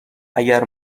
اگر